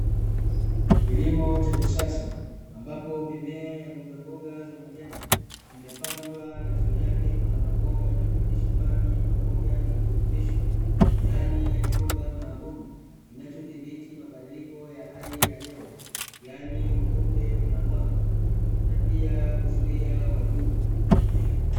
Kilimo cha kisasa ambapo mimea ya mbogamboga za majani, imepandwa na chini yake kuna mabomba yanayopitisha maji pamoja na virutubisho, ndani ya chumba maalumu kinachodhibiti mabadiliko ya hali ya hewa, yaani mvuke na mwanga, na pia huzuia wadudu.